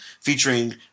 featuring